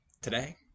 today